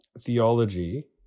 theology